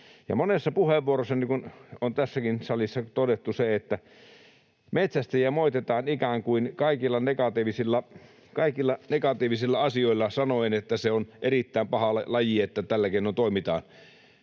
Monessa puheenvuorossa on tässäkin salissa todettu se, että metsästäjiä moititaan ikään kuin kaikilla negatiivisilla asioilla sanoen, että se on erittäin paha laji, että tällä keinoin toimitaan.